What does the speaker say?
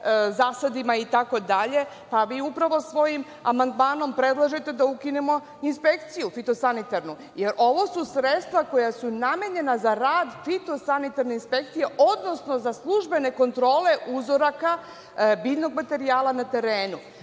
zasadima itd. Pa, vi upravo svojim amandmanom predlažete da ukinemo inspekciju, pri tom sanitarnu. Ovo su sredstva koja su namenjena za rad fitosanitarne inspekcije, odnosno za službene kontrole uzoraka biljnog materijala na terenu.